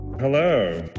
Hello